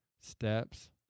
steps